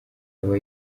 aba